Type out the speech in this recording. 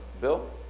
Bill